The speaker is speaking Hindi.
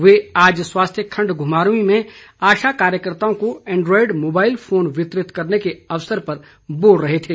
वे आज स्वास्थ्य खंड घुमारवीं में आशा कार्यकर्ताओं को एंड्रॉयड मोबाईल फोन वितरित करने के अवसर पर बोल रहे थे